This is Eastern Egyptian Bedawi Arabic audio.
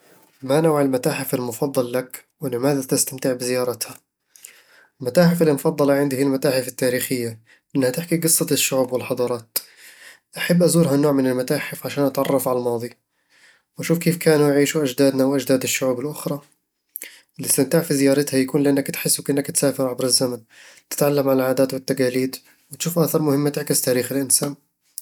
ما نوع المتاحف المفضل لك، ولماذا تستمتع بزيارتها؟ المتاحف المفضلة عندي هي المتاحف التاريخية، لأنها تحكي قصة الشعوب والحضارات أحب أزور هالنوع من المتاحف عشان أتعرف على الماضي، وأشوف كيف كانوا يعيشون أجدادنا وأجداد الشعوب الأخرى الاستمتاع في زيارتها يكون لأنك تحس وكأنك تسافر عبر الزمن، تتعلم عن العادات والتقاليد، وتشوف آثار مهمة تعكس تاريخ الإنسان